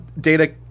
Data